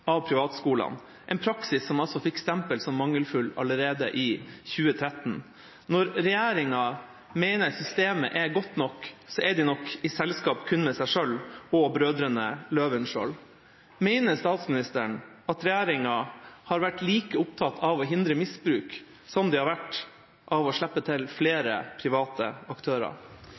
en praksis som altså fikk stempel som mangelfull allerede i 2013. Når regjeringa mener systemet er godt nok, er den nok i selskap kun med seg selv og brødrene Løvenskiold. Mener statsministeren at regjeringa har vært like opptatt av å hindre misbruk som den har vært av å slippe til